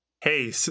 hey